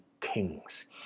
kings